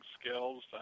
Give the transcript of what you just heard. skills